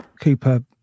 Cooper